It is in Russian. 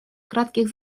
кратких